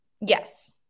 Yes